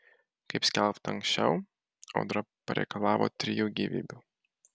kaip skelbta anksčiau audra pareikalavo trijų gyvybių